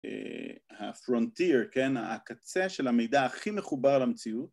הפרונטיר, כן, הקצה של המידע הכי מחובר למציאות